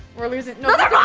we're losing no they're ah